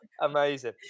Amazing